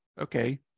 okay